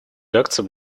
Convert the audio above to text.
реакция